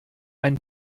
ein